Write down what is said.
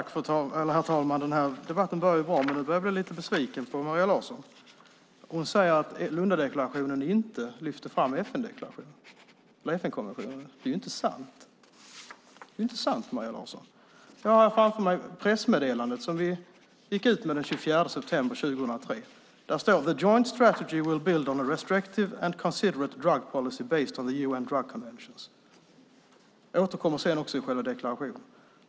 Herr talman! Denna debatt började bra, men nu börjar jag bli lite besviken på Maria Larsson. Hon säger att Lundadeklarationen inte lyfter fram FN-konventionen. Det är inte sant, Maria Larsson. Jag har framför mig det pressmeddelande vi gick ut med den 24 september 2003. Där står: The joint strategy will build on a restrictive and considerate drug policy based on the UN drug conventions. Jag återkommer till själva deklarationen.